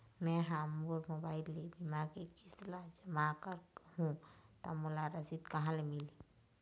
मैं हा मोर मोबाइल ले बीमा के किस्त ला जमा कर हु ता मोला रसीद कहां ले मिल ही?